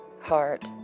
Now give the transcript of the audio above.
heart